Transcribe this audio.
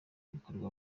bikorwa